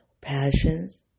passions